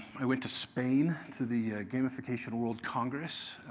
i went to spain, to the gamification world congress,